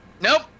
Nope